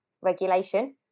regulation